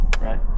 Right